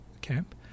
camp